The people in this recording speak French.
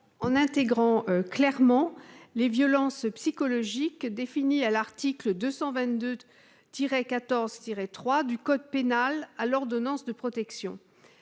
en intégrant clairement les violences psychologiques, définies à l'article 222-14-3 du code pénal, à l'ordonnance de protection.